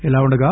ఇలా ఉండగా